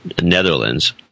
Netherlands